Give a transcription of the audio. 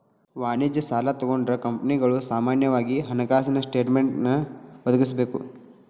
ವಾಣಿಜ್ಯ ಸಾಲಾ ತಗೊಂಡ್ರ ಕಂಪನಿಗಳು ಸಾಮಾನ್ಯವಾಗಿ ಹಣಕಾಸಿನ ಸ್ಟೇಟ್ಮೆನ್ಟ್ ಒದಗಿಸಬೇಕ